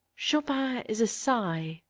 chopin is a sigh,